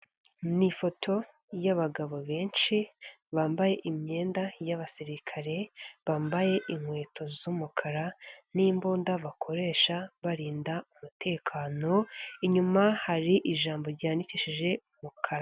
Ni ifoto y'abagabo benshi, bambaye imyenda y'abasirikale, bambaye inkweto z'umukara, n'imbunda bakoresha barinda umutekano, inyuma hari ijambo ryandikishijwe umukara.